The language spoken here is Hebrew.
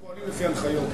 הם פועלים לפי הנחיות.